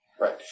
Right